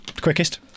quickest